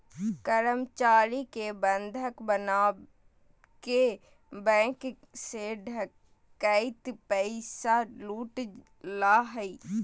कर्मचारी के बंधक बनाके बैंक से डकैत पैसा लूट ला हइ